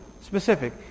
specific